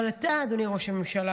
אבל אתה, אדוני ראש הממשלה,